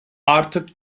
artık